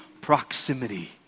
proximity